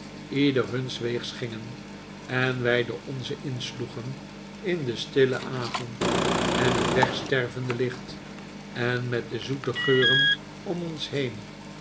ieder huns weegs gingen en wij den onzen ihsloegen in den stillen avond en het wegstervende licht en met de zoete geuren om ons heen